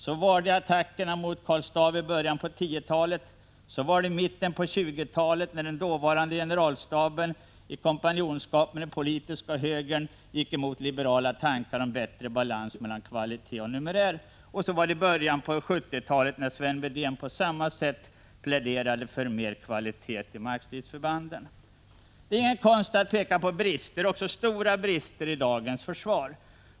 Så var det i attackerna mot Karl Staaff i början av 1910-talet, så var det i mitten av 1920-talet när den dåvarande generalstaben i kompanjonskap med den politiska högern gick emot liberala tankar om bättre balans mellan kvalitet och numerär, och så var det i början av 1970-talet när Sven Wedén på samma sätt pläderade för mer kvalitet i markstridsförbanden. Det är ingen konst att peka på brister, också stora sådana, i dagens svenska försvar.